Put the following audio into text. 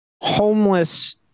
homeless